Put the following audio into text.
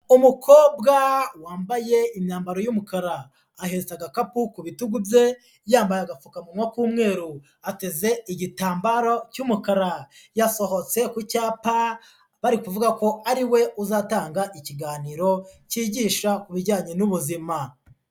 Umukobwa wambaye imyambaro y'umukara ahetse agakapu ku bitugu bye, yambaye agapfukamuwa k'umweru ateze igitambaro cy'umukara, yasohotse ku cyapa bari kuvuga ko ari we uzatanga ikiganiro cyigisha ku bijyanye n'ubuzima.